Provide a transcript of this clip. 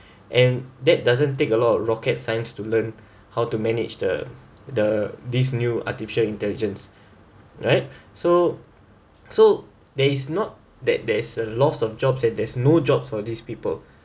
and that doesn't take a lot of rocket science to learn how to manage the the this new artificial intelligence right so so there is not that there's a loss of jobs and there's no jobs for these people